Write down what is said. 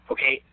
Okay